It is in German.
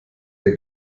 der